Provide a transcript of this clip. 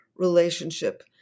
Relationship